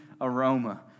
aroma